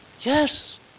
Yes